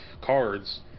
cards